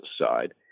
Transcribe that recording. side